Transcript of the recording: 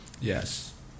Yes